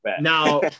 Now